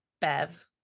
Bev